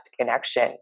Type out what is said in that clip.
connection